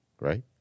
right